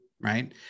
right